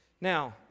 Now